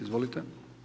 Izvolite.